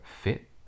fit